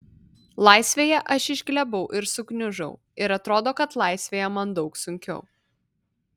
laisvėje aš išglebau ir sugniužau ir atrodo kad laisvėje man daug sunkiau